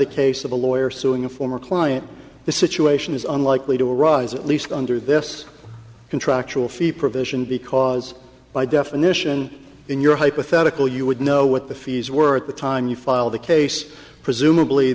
the case of a lawyer suing a former client the situation is unlikely to arise at least under this contractual fee provision because by definition in your hypothetical you would know what the fees were at the time you file the case presumably